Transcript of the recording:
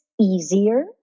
easier